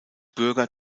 bürger